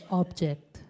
object